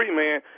man